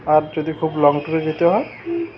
আর যদি খুব লং ট্যুরে যেতে হয়